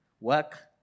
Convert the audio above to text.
Work